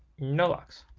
no, ah just